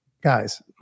guys